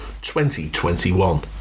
2021